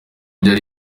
byari